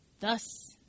Thus